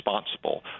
responsible